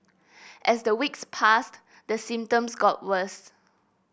as the weeks passed the symptoms got worse